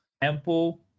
Temple